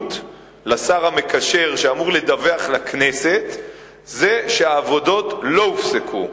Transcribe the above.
הבריאות לשר המקשר שאמור לדווח לכנסת זה שהעבודות לא הופסקו.